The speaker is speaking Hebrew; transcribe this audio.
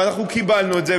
ואנחנו קיבלנו את זה.